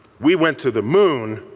we went to the moon,